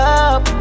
up